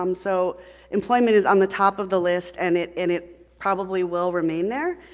um so employment is on the top of the list, and it and it probably will remain there.